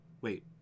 wait